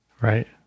Right